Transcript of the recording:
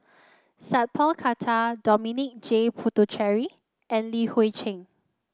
Sat Pal Khattar Dominic J Puthucheary and Li Hui Cheng